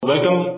Welcome